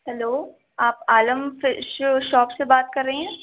hello آپ Alam fish shop سے بات کر رہی ہیں